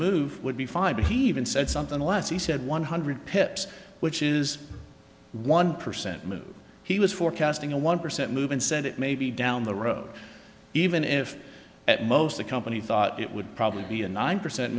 move would be fine but he even said something less he said one hundred pips which is one percent move he was forecasting a one percent move and said it may be down the road even if at most the company thought it would probably be a nine percent